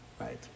right